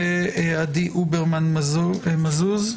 עדי הוברמן-מזוז.